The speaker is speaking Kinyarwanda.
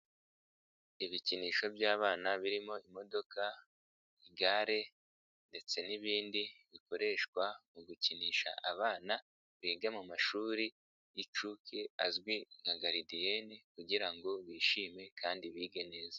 Ibikinisho by'abana birimo imodoka, igare, ndetse n'ibindi bikoreshwa mu gukinisha abana biga mu mashuri y'incuke azwi nka garidiyene kugirango bishime kandi bige neza.